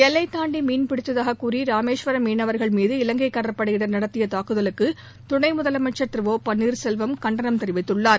எல்லை தாண்டி மீன்பிடித்ததாகக் கூறி ராமேஸ்வரம் மீனவர்கள் மீது இலங்கை கடற்படையினர் நடத்திய தாக்குதலுக்கு துணை முதலமைச்சர் திரு ஒ பன்னீர்செல்வம் கண்டனம் தெரிவித்துள்ளார்